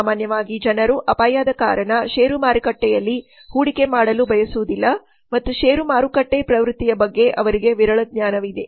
ಸಾಮಾನ್ಯವಾಗಿ ಜನರು ಅಪಾಯದ ಕಾರಣ ಷೇರು ಮಾರುಕಟ್ಟೆಯಲ್ಲಿ ಹೂಡಿಕೆ ಮಾಡಲು ಬಯಸುವುದಿಲ್ಲ ಮತ್ತು ಷೇರು ಮಾರುಕಟ್ಟೆ ಪ್ರವೃತ್ತಿಯ ಬಗ್ಗೆ ಅವರಿಗೆ ವಿರಳ ಜ್ಞಾನವಿದೆ